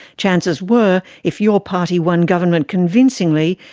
chances were if your party won government convincingly,